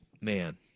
Man